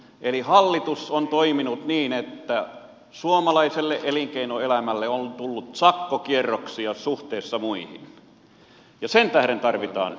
eli hallitus on toiminut niin että suomalaiselle elinkeinoelämälle on tullut sakkokierroksia suhteessa muihin